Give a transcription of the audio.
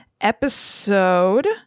Episode